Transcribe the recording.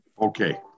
okay